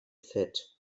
fett